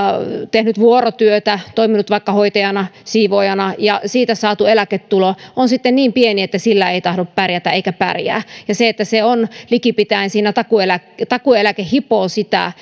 tehnyt vuorotyötä toiminut vaikka hoitajana tai siivoojana ja siitä saatu eläketulo on sitten niin pieni että sillä ei tahdo pärjätä eikä pärjää ja likipitäen takuueläke hipoo sitä